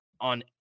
on